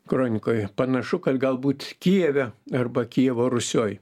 kronikoj panašu kad galbūt kijeve arba kijevo rusioj